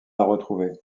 retrouver